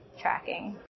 tracking